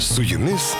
su jumis